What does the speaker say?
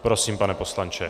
Prosím, pane poslanče.